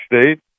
State